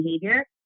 behavior